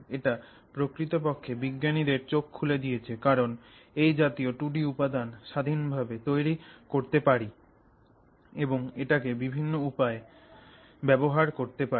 এটা প্রকৃতপক্ষে বিজ্ঞানীদের চোখ খুলে দিয়েছে কারণ আমরা এই জাতীয় 2 ডি উপাদান স্বাধীনভাবে তৈরি করতে পারি এবং এটাকে বিভিন্ন উপায়ে ব্যবহার করতে পারি